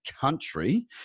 country